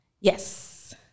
Yes